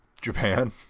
Japan